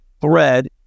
thread